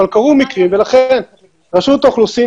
אבל קרו מקרים ולכן רשות האוכלוסין